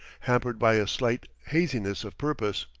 hampered by a slight haziness of purpose.